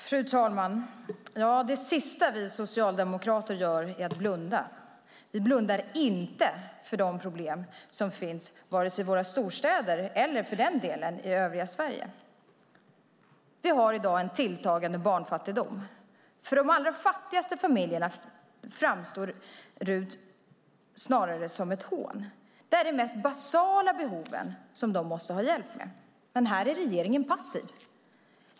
Fru talman! Det sista vi socialdemokrater gör är att blunda. Vi blundar inte för de problem som finns vare sig i våra storstäder eller för den delen i övriga Sverige. Vi har i dag en tilltagande barnfattigdom. För de allra fattigaste familjerna framstår RUT snarare som ett hån. Det är de mest basala behoven de måste ha hjälp med, men här är regeringen passiv.